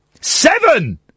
Seven